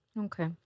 okay